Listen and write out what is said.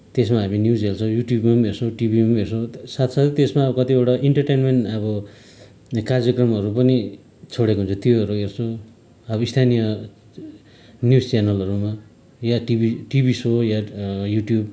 त्यसमा हामी न्युज हेर्छौँ युट्युबमा पनि हेर्छौँ टिभीमा पनि हेर्छौँ साथसाथै त्यसमा अब कतिपय इन्टरटेनमेन्ट अब कार्यक्रमहरू पनि छोडेको हुन्छ त्योहरू पनि हेर्छौँ अब स्थानीय न्युज च्यानलहरूमा या टिभी या टिभी सो या युट्युब